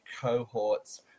cohorts